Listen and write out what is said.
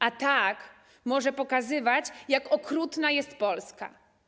A tak to może pokazywać, jak okrutna jest Polska.